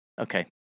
okay